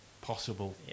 possible